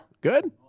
Good